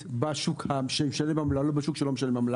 בשוק שמשלם עמלה ולא בשוק שלא משלם עמלה.